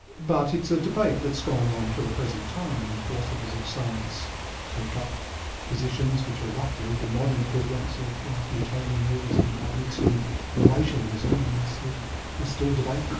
but it's the debate that's gone on to the present time and philosophers of science take up positions which are roughly the modern equivalents of newtonian realism and leibnitzian relationism and they still they still debate